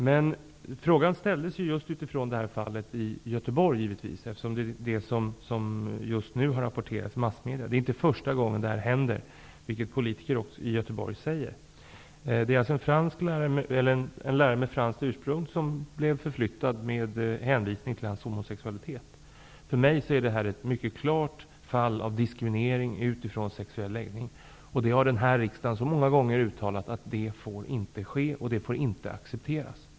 Min fråga ställdes givetvis utifrån fallet i Göteborg, eftersom det är det som just nu har rapporterats i massmedia. Det är inte första gången som det här händer, och det framhålls också av politiker i Göteborg. En lärare med franskt ursprung blev förflyttad med hänvisning till hans homosexualitet. För mig är detta ett mycket klart fall av diskriminering utifrån sexuell läggning, och riksdagen har många gånger uttalat att sådant inte får ske och inte får accepteras.